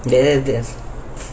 there's this